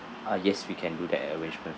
ah yes we can do that arrangement